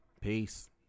Peace